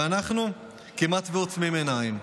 ואנחנו כמעט עוצמים עיניים.